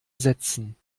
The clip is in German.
setzen